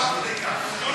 אבל לא עד כדי כך.